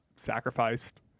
sacrificed